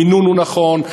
המינון הוא נכון,